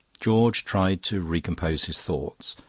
george tried to recompose his thoughts,